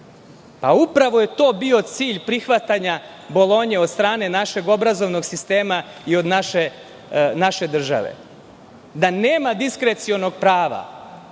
Upravo je to bio cilj prihvatanja Bolonje od strane našeg obrazovnog sistema i od naše države. Da nema diskrecionog prava